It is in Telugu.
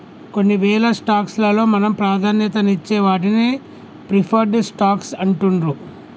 కొన్నివేల స్టాక్స్ లలో మనం ప్రాధాన్యతనిచ్చే వాటిని ప్రిఫర్డ్ స్టాక్స్ అంటుండ్రు